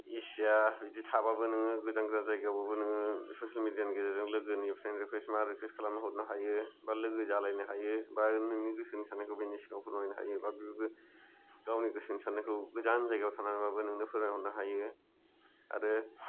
Asia बिदि थाबाबो नोङो गोजान गोजान जायगायावबाबो नोङो ससेल मिडिया नि गेजेरजों लोगोनि फ्रेन्ड रिकुवेस्ट मा रिकुवेस्ट खालाम हरनो हायो बा लोगो जालायनो हायो बा नोंनि गोसोनि साननायखौ बिनि सिगाङाव फोरमायनो हायो बा बेबो गावनि गोसोनि साननायखौ गोजान जायगायाव थानानैबाबो नोंनो फोरमाय हरनो हायो आरो